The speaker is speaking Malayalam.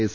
എസ്